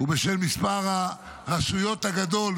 ובשל מספר הרשויות הגדול,